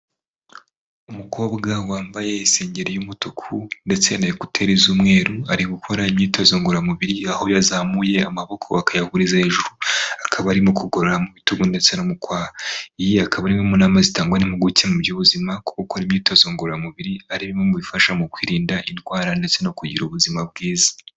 Umukobwa wambaye isengeri y'umutuku ndetse na ekuteri z'umweru ari gukora imyitozo ngororamubiri aho yazamuye amaboko bakayaguriza hejuru akaba arimo kugorora mu bitugu ndetse no mu kwaha, iyi akaba ari inama zitangwa n'impuguke mu by'ubuzima, kuba ukora imyitozo ngororamubiri ari bimwe mu bifasha mu kwirinda indwara ndetse no kugira ubuzima bwiza.